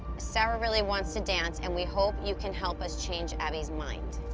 sarah really wants to dance, and we hope you can help us change abby's mind.